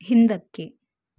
ಹಿಂದಕ್ಕೆ